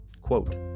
quote